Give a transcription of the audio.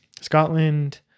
Scotland